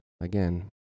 again